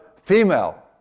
female